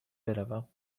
بروم